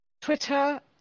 Twitter